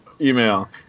email